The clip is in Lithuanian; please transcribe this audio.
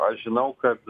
aš žinau kad